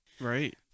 Right